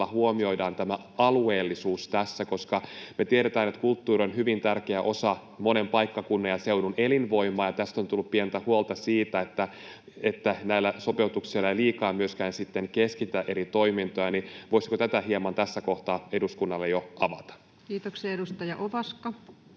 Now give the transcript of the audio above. huomioidaan alueellisuus tässä? Nimittäin me tiedetään, että kulttuuri on hyvin tärkeä osa monen paikkakunnan ja seudun elinvoimaa, ja tässä on tullut pientä huolta siitä, että näillä sopeutuksilla liikaa sitten myöskin keskitetään eri toimintoja. Voisiko tätä hieman tässä kohtaa eduskunnalle jo avata? [Speech 461]